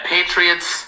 Patriots